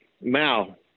Mal